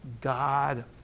God